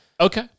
Okay